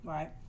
Right